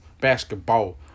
Basketball